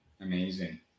Amazing